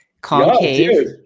Concave